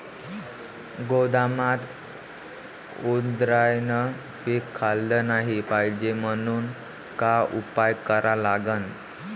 गोदामात उंदरायनं पीक खाल्लं नाही पायजे म्हनून का उपाय करा लागन?